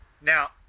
Now